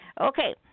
Okay